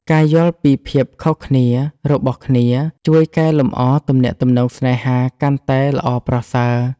ការយល់ពីភាពខុសគ្នារបស់គ្នាជួយកែលម្អទំនាក់ទំនងស្នេហាកាន់តែល្អប្រសើរ។